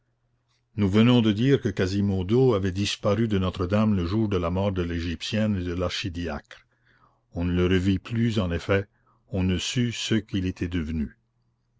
nous venons de dire que quasimodo avait disparu de notre-dame le jour de la mort de l'égyptienne et de l'archidiacre on ne le revit plus en effet on ne sut ce qu'il était devenu